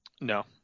No